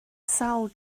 sawl